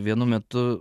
vienu metu